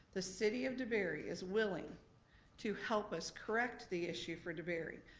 the city of debary is willing to help us correct the issue for debary.